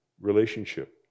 relationship